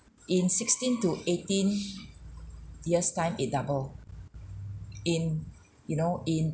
in sixteen to eighteen years time it double in you know in